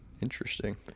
Interesting